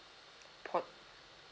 perk